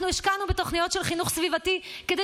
אנחנו השקענו בתוכניות של חינוך סביבתי כדי